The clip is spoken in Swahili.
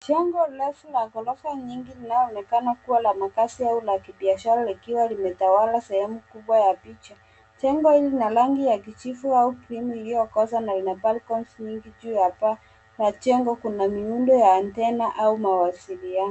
Jengo refu la ghorofa nyingi linaloonekana kuwa la makaazi au la kibiashara likiwa limetawala sehemu kubwa ya picha. Jengo hili lina rangi ya kijivu au cream iliyokoza na ina balconies nyingi. Juu ya paa ya jengo kuna miundo ya antenna au mawasiliano.